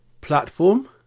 platform